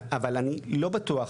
אבל אני לא בטוח,